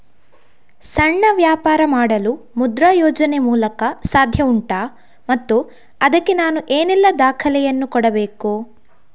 ಸಣ್ಣ ವ್ಯಾಪಾರ ಮಾಡಲು ಮುದ್ರಾ ಯೋಜನೆ ಮೂಲಕ ಸಾಧ್ಯ ಉಂಟಾ ಮತ್ತು ಅದಕ್ಕೆ ನಾನು ಏನೆಲ್ಲ ದಾಖಲೆ ಯನ್ನು ಕೊಡಬೇಕು?